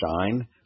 shine